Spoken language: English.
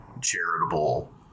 charitable